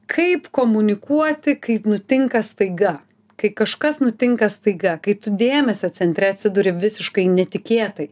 kaip komunikuoti kai nutinka staiga kai kažkas nutinka staiga kai tu dėmesio centre atsiduri visiškai netikėtai